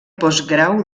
postgrau